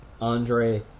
Andre